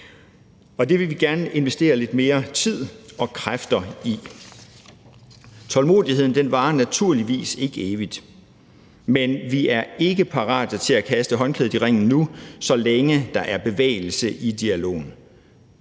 og det vil vi gerne investere lidt mere tid og kræfter i. Tålmodigheden varer naturligvis ikke evigt, men vi er ikke parat til at kaste håndklædet i ringen nu, så længe der er bevægelse i dialogen.